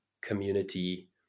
community